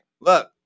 look